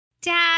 Dad